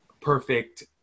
perfect